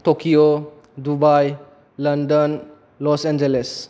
Tokyo Dubai London Los Angeles